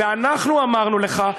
ואנחנו אמרנו לך,